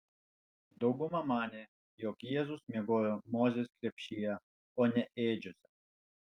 dauguma manė jog jėzus miegojo mozės krepšyje o ne ėdžiose